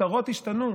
הכותרות השתנו.